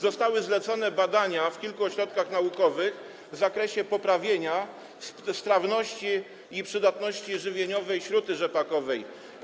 Zostały zlecone badania w kilku ośrodkach naukowych w zakresie poprawienia strawności i przydatności żywieniowej śruty rzepakowej.